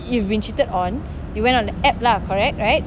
you've been cheated on you went on the app lah correct right